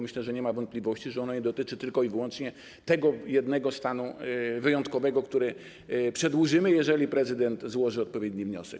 Myślę, że nie ma wątpliwości co do tego, że ono nie dotyczy tylko i wyłącznie tego jednego stanu wyjątkowego, który przedłużymy, jeżeli prezydent złoży odpowiedni wniosek.